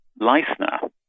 Leisner